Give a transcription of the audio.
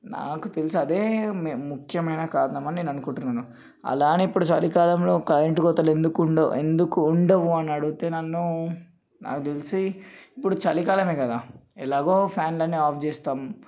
నాకు తెలిసి అదే ముఖ్యమైన కారణమని నేను అనుకుంటున్నాను అలా అని ఇప్పుడు చలికాలంలో కరెంటు కోతలు ఎందుకు ఉండవు ఎందుకు ఉండవు అని అడిగితే నన్ను నాకు తెలిసి ఇప్పుడు ఇప్పుడు చలికాలమే కదా ఎలాగో ఫ్యాన్లు అన్నీ ఆఫ్ చేస్తాము